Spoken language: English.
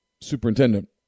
superintendent